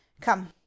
Come